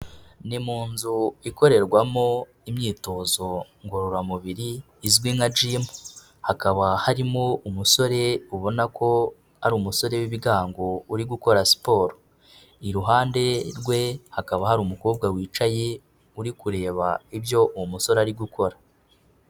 Ni mu nzu ikorerwamo imyitozo ngororamubiri izwi nka gimu, hakaba harimo umusore ubona ko ari umusore w'ibigango uri gukora siporo, iruhande rwe hakaba hari umukobwa wicaye uri kureba ibyo uwo musore ari gukora.